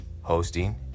hosting